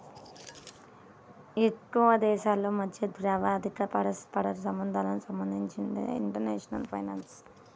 ఎక్కువదేశాల మధ్య ద్రవ్య, ఆర్థిక పరస్పర సంబంధాలకు సంబంధించినదే ఇంటర్నేషనల్ ఫైనాన్స్